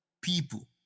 people